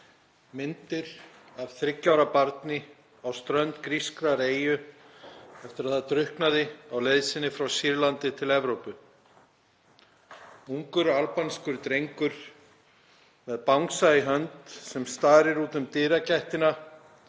Myndir af þriggja ára barni á strönd grískrar eyju eftir að það drukknaði á leið sinni frá Sýrlandi til Evrópu. Ungur albanskur drengur með bangsa í hönd sem starir út um dyragættina